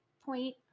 point